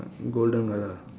golden colour ah